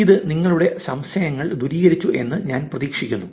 ഇത് നിങ്ങളുടെ സംശയങ്ങൾ ദൂരീകരിച്ചു എന്ന് ഞാൻ പ്രതീക്ഷിക്കുന്നു